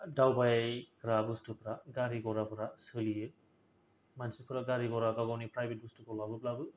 दावबायग्रा बुस्थुफोरा गारि घराफोरा सोलियो मानसिफोरा गारि घरा गाव गावनि फ्रायबेट बुस्थुखौ लाबोब्लाबो